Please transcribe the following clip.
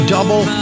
Double